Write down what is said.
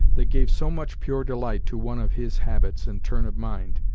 that gave so much pure delight to one of his habits and turn of mind.